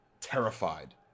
terrified